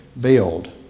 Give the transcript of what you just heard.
build